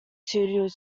tudor